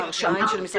וההרשאה היא של ---?